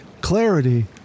clarity